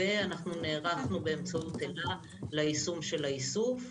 -- ונערכנו באמצעות אל"ה ליישום של האיסוף.